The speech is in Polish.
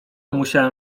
musiałem